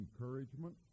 encouragement